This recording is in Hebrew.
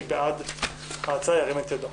מי בעד ההצעה, ירים את ידו?